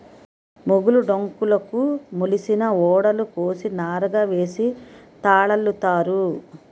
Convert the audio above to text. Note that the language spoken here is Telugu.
మొగులు డొంకలుకు మొలిసిన ఊడలు కోసి నారగా సేసి తాళల్లుతారు